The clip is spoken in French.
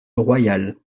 royal